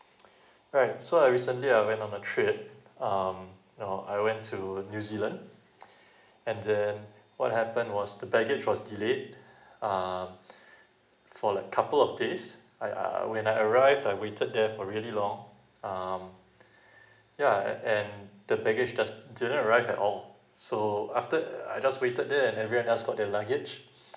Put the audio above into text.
alright so I recently I went on a trip um you know I went to new zealand and then what happened was the baggage was delayed uh for like couple of days I I when I arrived I waited there for really long um yeah and and the baggage does didn't arrive at all so after I just waited there and everyone else got their luggage